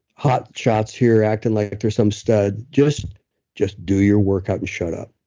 hotshots here acting like they're some stud. just just do your workout and shut up.